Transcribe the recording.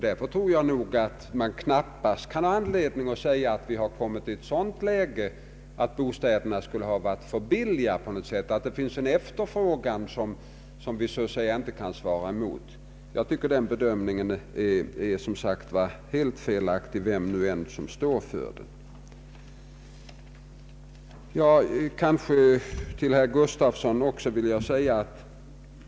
Därför tror jag att man knappast kan ha anledning att säga att vi kommit i ett sådant läge att bostäderna blivit för billiga på något sätt, att det av den anledningen finnes en för hög efterfrågan. Jag tycker som sagt att den bedömningen är helt felaktig, vem som än står för den. Till herr Gustafsson skulle jag också vilja säga några ord.